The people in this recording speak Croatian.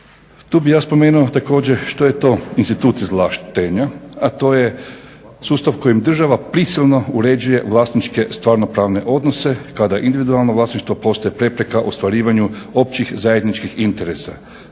Tu bih ja spomenuo također što je to institut izvlaštenja a to je sustav kojim država prisilno uređuje vlasničke, stvarno pravne odnose kada individualno vlasništvo postaje prepreka ostvarivanju općih, zajedničkih interesa.